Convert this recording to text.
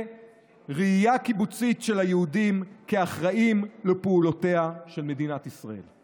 ראייה קיבוצית של היהודים כאחראים לפעולותיה של מדינת ישראל.